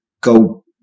go